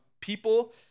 people